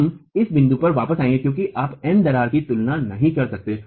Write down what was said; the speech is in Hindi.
हम इस बिंदु पर वापस आएंगे क्योंकि आप M दरार की तुलना नहीं कर सकते